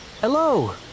hello